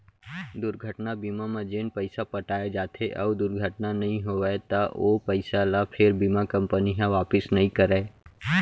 दुरघटना बीमा म जेन पइसा पटाए जाथे अउ दुरघटना नइ होवय त ओ पइसा ल फेर बीमा कंपनी ह वापिस नइ करय